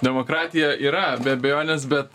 demokratija yra be abejonės bet